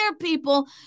people